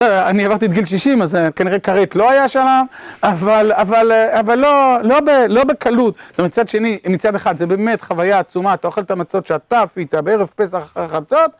אני עברתי את גיל 60, אז כנראה כרת לא היה שמה, אבל לא בקלות. מצד שני, מצד אחד, זה באמת חוויה עצומה, אתה אוכל את המצות שאתה אפית, בערב פסח אחר חצות.